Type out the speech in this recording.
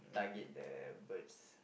target the birds